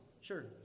Sure